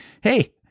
hey